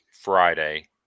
Friday